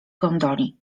gondoli